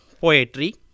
poetry